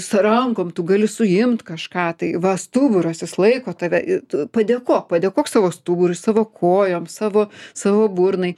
su rankom tu gali suimt kažką tai va stuburas jis laiko tave tu padėkok padėkok savo stuburui savo kojom savo savo burnai